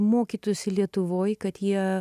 mokytųsi lietuvoj kad jie